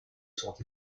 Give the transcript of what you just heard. sont